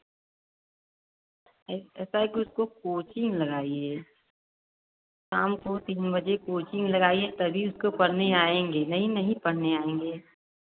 ऐसा है कि उसको कोचिंग लगाइए शाम को तीन बजे कोचिंग लगाइए तभी इसको पढ़ने आएँगे नहीं नहीं पढ़ने आएँगे